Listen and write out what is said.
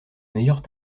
meilleures